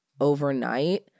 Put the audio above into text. overnight